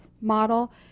model